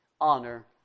honor